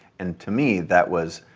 and to me, that was,